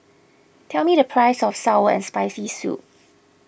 tell me the price of Sour and Spicy Soup